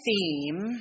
theme